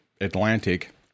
Atlantic